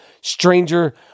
stranger